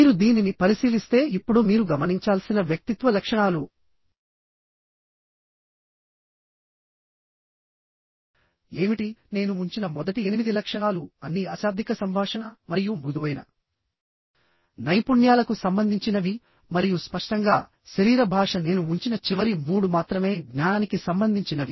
మీరు దీనిని పరిశీలిస్తే ఇప్పుడు మీరు గమనించాల్సిన వ్యక్తిత్వ లక్షణాలు ఏమిటి నేను ఉంచిన మొదటి 8 లక్షణాలు అన్నీ అశాబ్దిక సంభాషణ మరియు మృదువైన నైపుణ్యాలకు సంబంధించినవి మరియు స్పష్టంగా శరీర భాష నేను ఉంచిన చివరి 3 మాత్రమే జ్ఞానానికి సంబంధించినవి